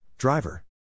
Driver